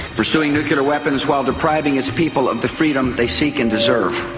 pursuing nuclear weapons while depriving its people of the freedom they seek and deserve.